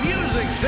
Music